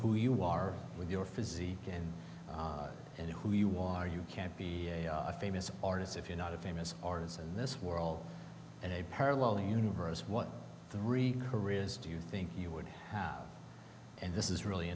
who you are with your physique and you know who you are you can't be a famous artist if you're not a famous artist in this world and a parallel universe what three careers do you think you would have and this is really